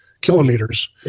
kilometers